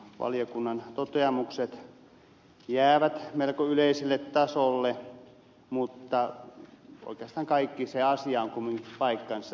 valiokunnan toteamukset jäävät melko yleiselle tasolle mutta oikeastaan kaikki se asia on kumminkin paikkansa pitävää